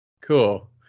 cool